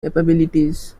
capabilities